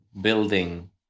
building